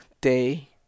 day